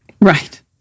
right